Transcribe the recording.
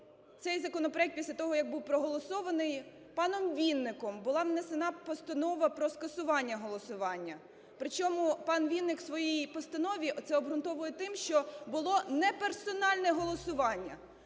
цей законопроект після того, як був проголосований, паном Вінником була внесена постанова про скасування голосування. Причому пан Вінник в своїй постанові це обґрунтовує тим, що було неперсональне голосування.